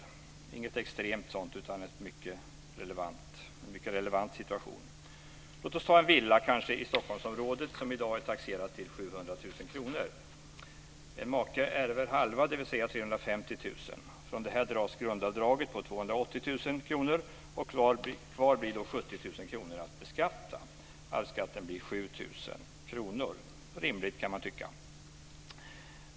Det är inget extremt sådant, utan det gäller en mycket relevant situation. Låt oss ta en villa, kanske i Stockholmsområdet, som i dag är taxerad till 700 000 kr. En make ärver halva, dvs. 350 000. Från detta dras grundavdraget på 280 000 kr. Kvar blir då 70 000 kr att beskatta. Arvsskatten blir 7 000 kr. Det är rimligt, kan man tycka.